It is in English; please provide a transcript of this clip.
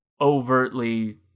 overtly